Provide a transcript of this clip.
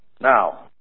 Now